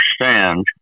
understand